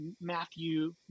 Matthew